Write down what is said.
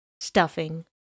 Stuffing